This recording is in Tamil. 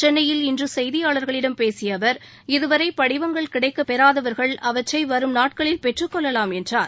சென்னையில் இன்றுசெய்தியாளர்களிடம் பேசியஅவர் இதுவரை படிவங்கள் கிடைக்கபெறாதவர்கள் அவற்றைவரும் நாட்களில் பெற்றுக் கொள்ளலாம் என்றார்